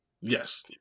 Yes